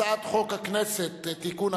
הצעת חוק הכנסת (תיקון,